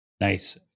Nice